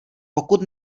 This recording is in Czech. pokud